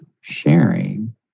sharing